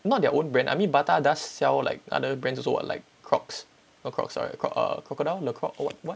not their own brand I mean Bata does sell like other brands also [what] like Crocs not Crocs sorry uh Croc~ Crocodile Laco~ what what